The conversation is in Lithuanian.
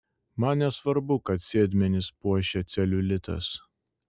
man nesvarbu kad sėdmenis puošia celiulitas